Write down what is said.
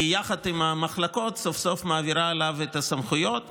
ויחד עם המחלקות היא סוף-סוף מעבירה אליו את הסמכויות.